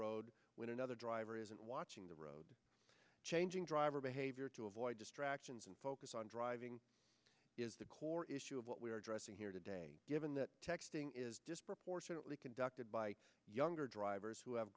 road when another driver isn't watching the road changing driver behavior to avoid distractions and focus on driving is the core issue of what we are addressing here today given that texting is disproportionately conducted by younger drivers who